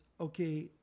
okay